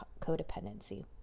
codependency